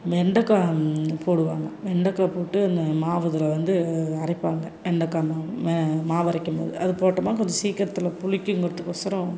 வெண்டக்காய் போடுவாங்க வெண்டக்காய் போட்டு அந்த மாவு இதில் வந்து அரைப்பாங்க வெண்டக்காய் மா மாவு அரைக்கும்போது அது போட்டோம்னா கொஞ்சம் சீக்கரத்தில் புளிக்குங்கிறதுக்கொசரம்